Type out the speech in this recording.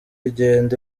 igenda